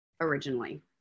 originally